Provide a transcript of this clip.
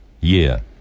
year